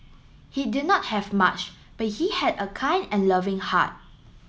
he did not have much but he had a kind and loving heart